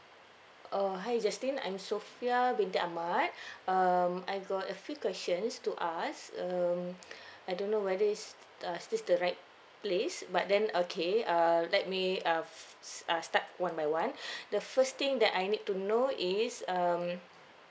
oh hi justin I'm sofia binti ahmad um I got a few questions to ask um I don't know whether it's uh this the right place but then okay err let me uh uh start one by one the first thing that I need to know is um